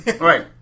Right